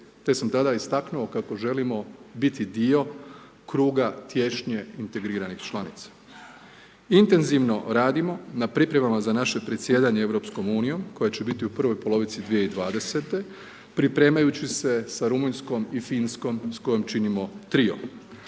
te sam tada istaknuo kako želimo biti dio kruga tješnje integriranih članica. Intenzivno radimo na pripremama za naše predsjedanje EU-om koja će biti u prvoj polovici 2020. pripremajući se sa Rumunjskom i Finskom s kojom činimo trio.